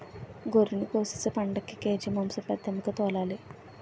గొర్రినికోసేసి పండక్కి కేజి మాంసం పెద్దమ్మికి తోలాలి